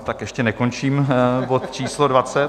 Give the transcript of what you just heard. Tak ještě nekončím bod číslo 20.